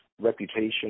reputation